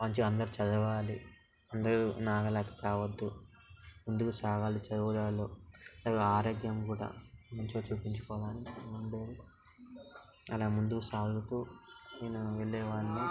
మంచిగా అందరు చదవాలి అందరు నా లాగా కావొద్దు ముందుకు సాగాలి చదువులలో ఆరోగ్యం కూడా మంచిగా చూపించుకోవాలి ఉండేది అలా ముందుకు సాగుతూ నేను వెళ్ళేవాడిని